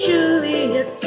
Juliet